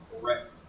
correct